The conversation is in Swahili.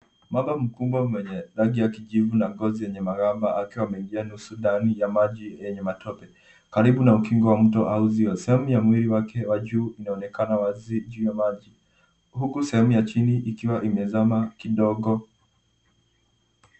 Mamba mkubwa mwenye rangi ya kijivu na ngozi yenye magamba akiwa ameingia nusu ndani ya maji yenye matope. Karibu na ukingo wa mto au uzio, sehemu ya mwili wake wa juu unaonekana wazi juu ya maji huku sehemu ya chini ikiwa imezama kidogo.